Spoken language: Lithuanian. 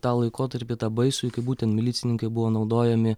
tą laikotarpį tą baisųjį kai būtent milicininkai buvo naudojami